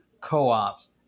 co-ops